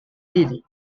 lily